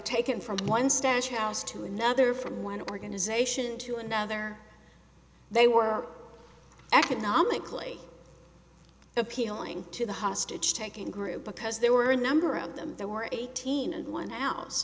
taken from one stash house to another from one organization to another they were economically appealing to the hostage taking group because there were a number of them there were eighteen and one house